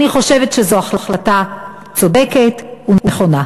אני חושבת שזו החלטה צודקת ונכונה.